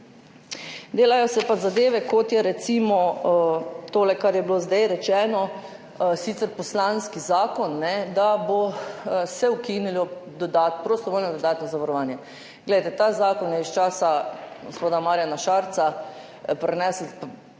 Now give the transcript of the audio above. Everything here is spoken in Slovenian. Delajo se pa zadeve, kot je recimo tole, kar je bilo zdaj rečeno, sicer poslanski zakon, da se bo ukinilo prostovoljno dodatno zavarovanje. Glejte, ta zakon je iz časa gospoda Marjana Šarca, bila